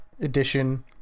edition